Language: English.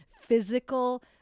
physical